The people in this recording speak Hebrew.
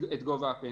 גובה הפנסיה.